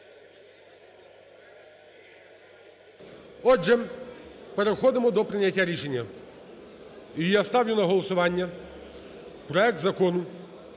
Отже, переходимо до прийняття рішення. І я ставлю на голосування проект Закону